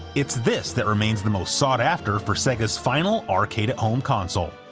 it's this that remains the most sought-after for sega's final arcade-at-home console.